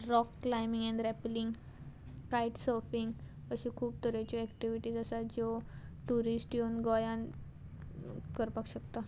rock climbing and rappelling kite surfing अश्यो खूब तरेच्यो एक्टिविटीज आसात ज्यो ट्युरिस्ट येवन गोंयान करपाक शकता